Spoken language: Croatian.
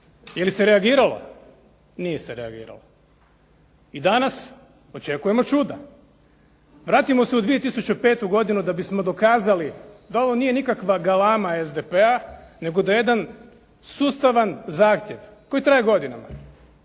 Je li se reagiralo? Nije se reagiralo. I danas očekujemo čuda. Vratimo se u 2005. godine da bismo dokazali da ovo nije nikakva galama SDP-a, nego da jedan sustavan zahtjev koji traje godinama.